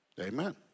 Amen